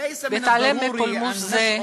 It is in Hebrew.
נתעלם מפולמוס זה,